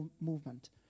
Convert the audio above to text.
movement